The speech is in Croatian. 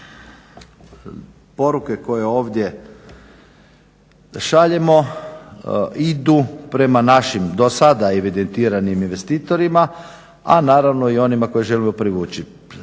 poruke koje ovdje šaljemo idu prema našim do sada evidentiranim investitorima, a naravno i onima koje želimo privući.